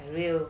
real